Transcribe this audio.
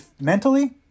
mentally